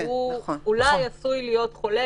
הוא אולי עשוי להיות חולה